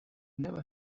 never